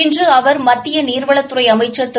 இன்று அவர் மத்திய நீர்வளத்துறை அமைச்சர் திரு